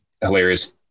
hilarious